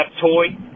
Toy